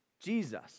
Jesus